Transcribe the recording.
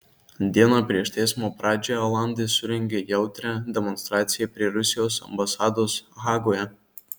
dieną prieš teismo pradžią olandai surengė jautrią demonstraciją prie rusijos ambasados hagoje